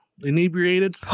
inebriated